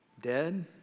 dead